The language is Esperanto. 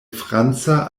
franca